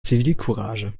zivilcourage